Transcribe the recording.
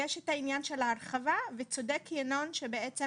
יש את העניין של ההרחבה וצודק ינון שבעצם